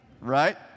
Right